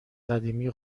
قدیمی